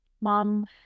mom